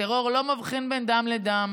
הטרור לא מבחין בין דם לדם.